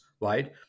right